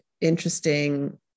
interesting